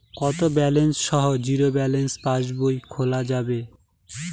কত ব্যালেন্স সহ zero balance পাসবই খোলা যাবে?